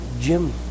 Jim